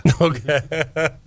Okay